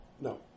No